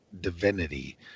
divinity